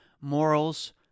morals